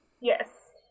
Yes